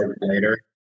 later